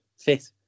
fit